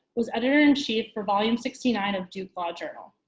was editor-in-chief for volume sixty nine of duke law journal.